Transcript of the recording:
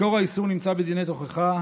מקור האיסור נמצא בדיני תוכחה.